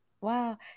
wow